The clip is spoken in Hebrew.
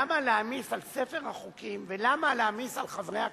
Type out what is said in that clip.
למה להעמיס על ספר החוקים ולמה להעמיס על חברי הכנסת,